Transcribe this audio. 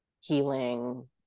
healing